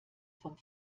vom